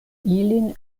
ilin